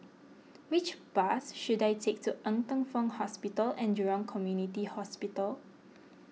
which bus should I take to Ng Teng Fong Hospital and Jurong Community Hospital